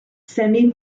semi